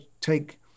take